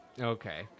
Okay